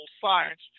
science